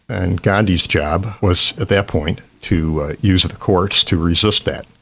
and gandhi's job was at that point, to use the courts to resist that.